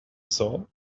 saw